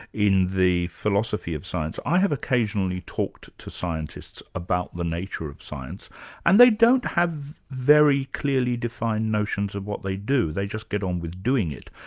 in the philosophy of science, i have occasionally talked to scientists about the nature of science and they don't have very clearly defined notions of what they do, they just get on with doing it.